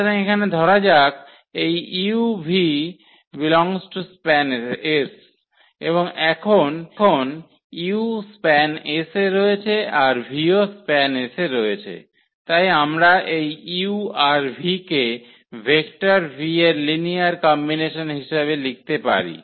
সুতরাং এখানে ধরা যাক এই এবং এখন u SPAN এ রয়েছে আর v ও SPAN এ রয়েছে তাই আমরা এই u আর v কে ভেক্টর v এর লিনিয়ার কম্বিনেশন হিসাবে লিখতে পারি